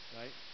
right